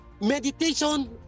Meditation